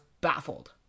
baffled